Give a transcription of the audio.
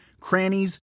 crannies